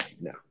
no